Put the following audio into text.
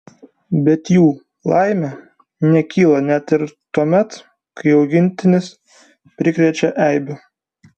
bet jų laimė nekyla net ir tuomet kai augintinis prikrečia eibių